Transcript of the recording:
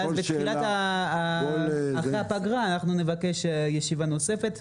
ואחרי הפגרה אנחנו נבקש ישיבה נוספת,